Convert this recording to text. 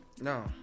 no